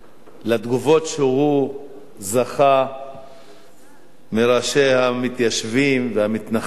התגובות שהוא זכה להן מראשי המתיישבים והמתנחלים.